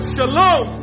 Shalom